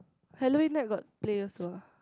Halloween night got play also ah